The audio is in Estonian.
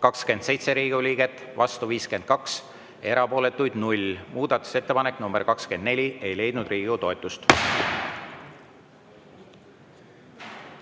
27 Riigikogu liiget, vastu 52, erapooletuid 0. Muudatusettepanek nr 24 ei leidnud Riigikogu toetust.